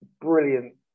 brilliant